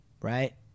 right